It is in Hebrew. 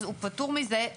אז הוא פטור מזה,